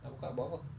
nak buka buat apa